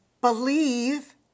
believe